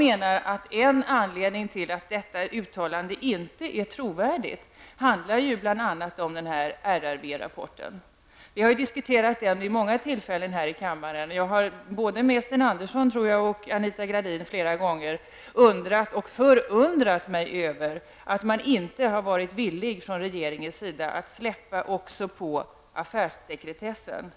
En anledning till att detta uttalande inte är trovärdigt är att man inte ville lämna ut RRV-rapporten. Jag har diskuterat den vid många tillfällen här i kammaren, både med Sten Andersson och med Anita Gradin, och jag har undrat och förundrat mig över att inte regeringen har varit villig att släppa på affärssekretessen.